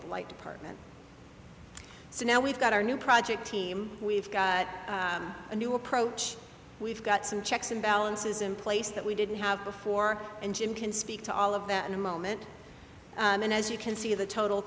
white department so now we've got our new project team we've got a new approach we've got some checks and balances in place that we didn't have before and jim can speak to all of that in a moment and as you can see the total